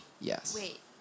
yes